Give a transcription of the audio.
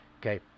okay